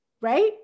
right